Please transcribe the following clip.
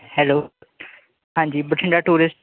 hello ਹਾਂਜੀ Bathinda tourist